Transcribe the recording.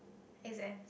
exam